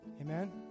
Amen